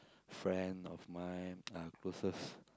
friend of mine uh closest